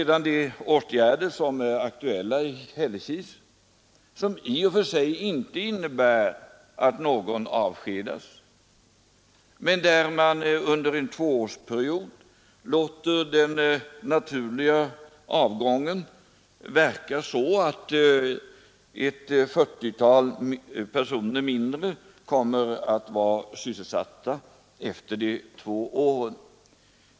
De åtgärder som är aktuella i Hällekis innebär i och för sig inte att någon avskedas; man låter den naturliga avgången under en tvåårsperiod verka så att ett 40-tal personer mindre kommer att vara sysselsatta efter de två åren.